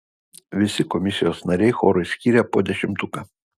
visi komisijos nariai chorui skyrė po dešimtuką